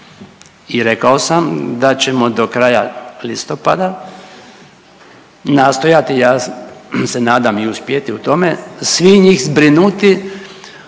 i rekao sam da ćemo do kraja listopada nastojati, ja se nadam i uspjeti u tome, svi njih zbrinuti